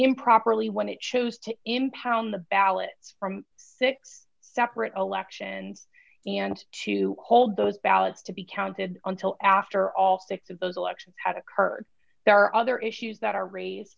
improperly when it chose to impound the ballots from six separate elections and to hold those ballots to be counted until after all six of those elections have occurred there are other issues that are raised